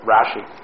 Rashi